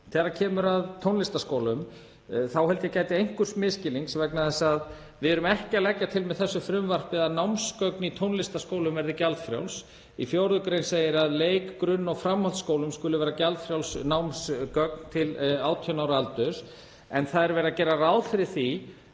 Þegar kemur að tónlistarskólum þá held ég að einhvers misskilnings gæti vegna þess að við erum ekki að leggja það til með þessu frumvarpi að námsgögn í tónlistarskólum verði gjaldfrjáls. Í 4. gr. segir að í leik-, grunn- og framhaldsskólum skuli vera gjaldfrjáls námsgögn til 18 ára aldurs. En það er verið að gera ráð fyrir því